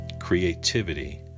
creativity